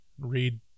read